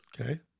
Okay